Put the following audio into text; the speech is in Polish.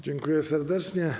Dziękuję serdecznie.